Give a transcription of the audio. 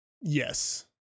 Yes